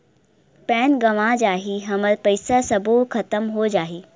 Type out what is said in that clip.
Pan गंवा जाही हमर पईसा सबो खतम हो जाही?